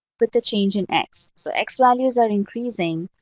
but the change in x so x-values are increasing,